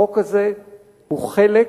החוק הזה הוא חלק